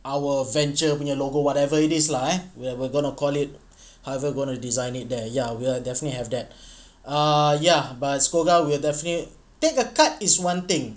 our venture punya logo whatever it is lah eh we're we're going to call it however going to design it there ya we'll definitely have that uh ya but SCOGA will definitely take a cut is one thing